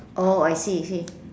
orh I see I see